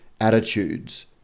attitudes